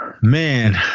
Man